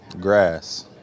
Grass